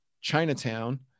Chinatown